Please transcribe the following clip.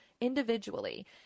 individually